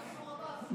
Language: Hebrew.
מנסור עבאס,